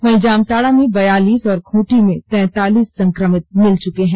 वहीं जामताड़ा में बयालीस और खूंटी में तैंतालीस संक्रमित मिल चुके हैं